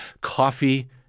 Coffee